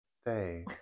stay